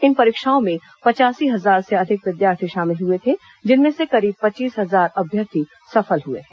इन परीक्षाओं में पचासी हजार से अधिक विद्यार्थी शामिल हुए थे जिनमें से करीब पच्चीस हजार अभ्यर्थी सफल हुए हैं